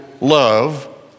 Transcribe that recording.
love